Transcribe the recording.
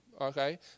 okay